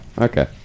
okay